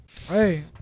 Hey